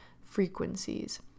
frequencies